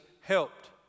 helped